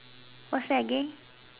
what's that again